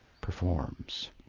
performs